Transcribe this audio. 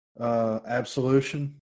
Absolution